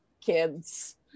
kids